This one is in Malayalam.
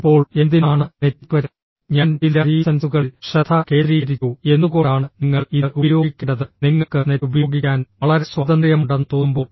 ഇപ്പോൾ എന്തിനാണ് ഞാൻ ചില റീസെൻസുകളിൽ ശ്രദ്ധ കേന്ദ്രീകരിച്ചു എന്തുകൊണ്ടാണ് നിങ്ങൾ ഇത് ഉപയോഗിക്കേണ്ടത് നിങ്ങൾക്ക് നെറ്റ് ഉപയോഗിക്കാൻ വളരെ സ്വാതന്ത്ര്യമുണ്ടെന്ന് തോന്നുമ്പോൾ